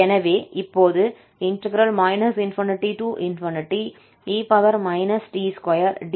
எனவே இப்போது ∞e t2dt ன் மதிப்பு என்று தெரியும்